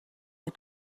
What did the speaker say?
the